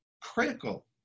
critical